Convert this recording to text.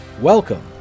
Welcome